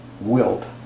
wilt